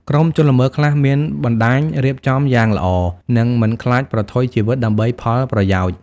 ក្រុមជនល្មើសខ្លះមានបណ្តាញរៀបចំយ៉ាងល្អ និងមិនខ្លាចប្រថុយជីវិតដើម្បីផលប្រយោជន៍។